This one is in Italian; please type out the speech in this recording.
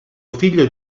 figlio